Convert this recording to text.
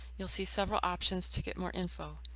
will see several options to get more info.